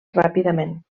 ràpidament